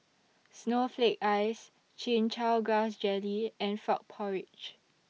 Snowflake Ice Chin Chow Grass Jelly and Frog Porridge